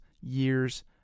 years